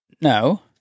No